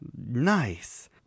Nice